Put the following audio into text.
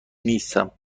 نیستم